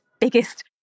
biggest